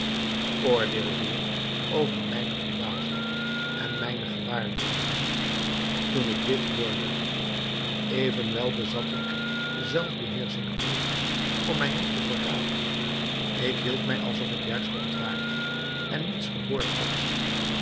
oordeel heer over mijne verbazing en mijne gewaarwordingen toen ik dit hoorde evenwel bezat ik zelfbeheersching genoeg om mij niet te verraden ik hield mij als of ik juist ontwaakte en niets gehoord had